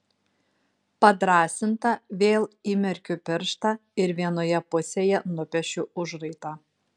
padrąsinta vėl įmerkiu pirštą ir vienoje pusėje nupiešiu užraitą